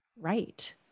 right